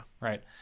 right